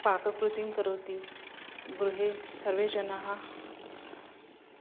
पाककृतिं करोति गृहे सर्वे जनाः